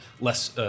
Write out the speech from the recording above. less